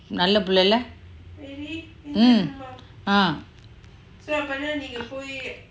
நல்ல பிள்ள:nalla pilla lah mm ah